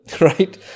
right